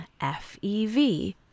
FEV